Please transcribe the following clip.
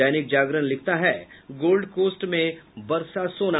दैनिक जागरण लिखता है Gold Coast में बरसा सोना